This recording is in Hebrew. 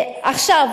רק,